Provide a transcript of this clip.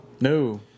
No